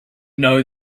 know